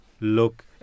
look